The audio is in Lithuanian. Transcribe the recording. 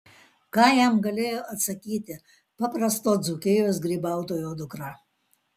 ką jam galėjo atsakyti paprasto dzūkijos grybautojo dukra